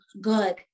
good